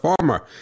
farmer